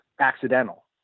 accidental